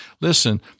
listen